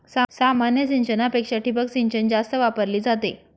सामान्य सिंचनापेक्षा ठिबक सिंचन जास्त वापरली जाते